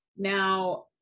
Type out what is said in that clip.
Now